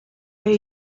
way